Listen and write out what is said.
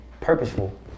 purposeful